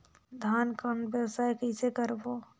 धान कौन व्यवसाय कइसे करबो?